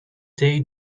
they